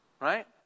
Right